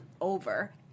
over